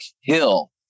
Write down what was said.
Hill